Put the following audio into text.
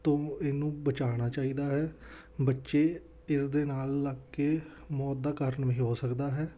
ਤੋਂ ਇਹਨੂੰ ਬਚਾਉਣਾ ਚਾਹੀਦਾ ਹੈ ਬੱਚੇ ਇਸ ਦੇ ਨਾਲ ਲੱਗ ਕੇ ਮੌਤ ਦਾ ਕਾਰਨ ਵੀ ਹੋ ਸਕਦਾ ਹੈ